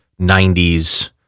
90s